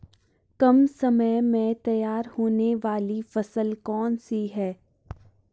कम समय में तैयार होने वाली फसल कौन सी है?